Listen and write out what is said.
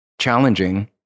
challenging